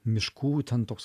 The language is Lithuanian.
miškų ten toks